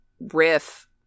riff